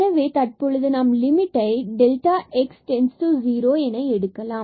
எனவே தற்பொழுது நாம் லிமிட்டை x→0எடுக்கலாம்